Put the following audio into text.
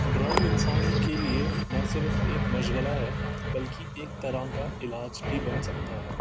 drawing انسان کے لیے نہ صرف ایک مشغلہ ہے بلکہ ایک طرح کا علاج بھی بن سکتا ہے